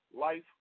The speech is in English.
Life